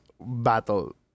battle